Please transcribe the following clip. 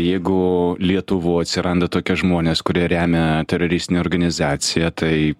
jeigu lietuvoj atsiranda tokie žmonės kurie remia teroristinę organizaciją tai